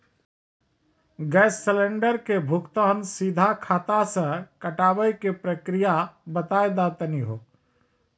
Gas cylinder के भुगतान सीधा खाता से कटावे के प्रक्रिया बता दा तनी हो?